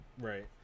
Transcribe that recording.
Right